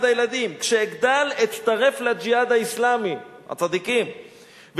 אחד הילדים: "כשאגדל אצטרף ל'ג'יהאד האסלאמי'" הצדיקים,